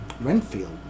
Renfield